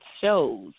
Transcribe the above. shows